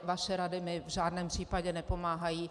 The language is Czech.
Vaše rady mi v žádném případě nepomáhají.